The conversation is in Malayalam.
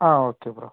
ആ ഓക്കെ ബ്രോ